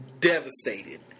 devastated